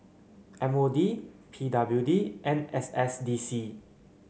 M O D P W D and S S D C